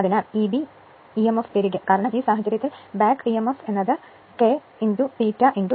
അതിനാൽ Eb EMF തിരികെ കാരണം ഈ സാഹചര്യത്തിൽ back EMF k ∅ n